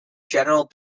general